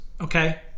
okay